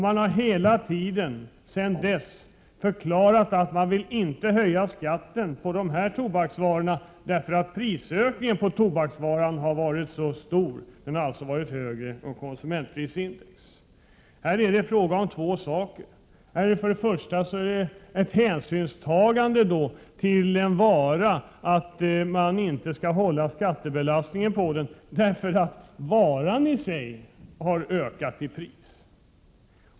Man har sedan dess hela tiden förklarat att man inte vill höja skatten, eftersom prisökningen på varan har varit så stor. Den har nämligen varit högre än konsumentprisindex. Här är det fråga om två saker. För det första menar man att man inte skall upprätthålla skattebelastningen på varan, därför att denna har ökat i pris.